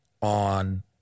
on